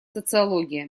социология